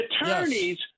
attorneys